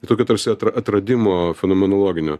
tai tokio tarsi atra atradimo fenomenologinio